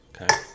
Okay